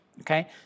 Okay